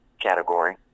category